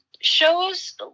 shows